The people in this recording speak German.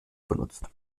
benutzt